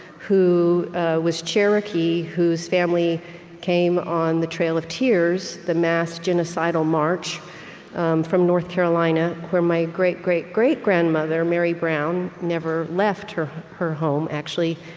who was cherokee, whose family came on the trail of tears, the mass genocidal march from north carolina, where my great-great-great-grandmother, mary brown, never left her her home, actually,